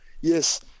yes